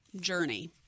journey